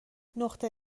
نقطه